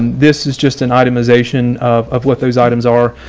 this is just an itemization of what those items are.